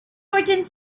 returns